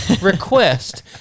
request